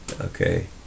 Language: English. okay